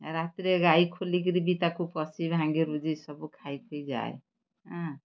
ରାତିରେ ଗାଈ ଖୋଲିକିରି ବି ତାକୁ ପଶି ଭାଙ୍ଗିରୁଜି ସବୁ ଖାଇଥୋଇ ଯାଏ ହାଁ